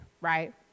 right